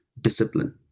discipline